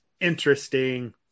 interesting